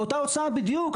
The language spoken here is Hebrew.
באותה הוצאה בדיוק.